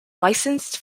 licensed